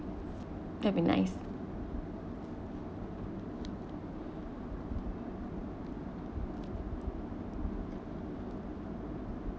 that'll be nice